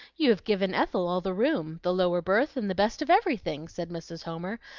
you have given ethel all the room, the lower berth, and the best of everything, said mrs. homer,